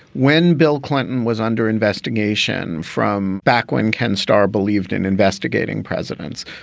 when bill clinton was under investigation from back when ken starr believed in investigating presidents,